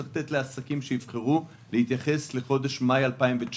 צריך לתת לעסקים שיבחרו להתייחס לחודש מאי 2019,